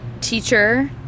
teacher